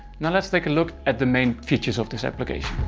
now let's take a look at the main features of this application.